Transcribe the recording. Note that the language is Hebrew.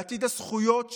לעתיד הזכויות שלהם,